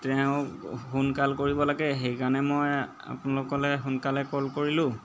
তেওঁক সোনকাল কৰিব লাগে সেইকাৰণে মই আপোনালোকলৈ সোনকালে কল কৰিলোঁ